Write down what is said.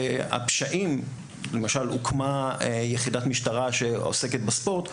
למשל, הוקמה יחידה משטרה שעוסקת בספורט.